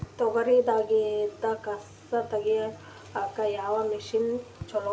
ತೊಗರಿ ದಾಗಿಂದ ಕಸಾ ತಗಿಯಕ ಯಾವ ಮಷಿನ್ ಚಲೋ?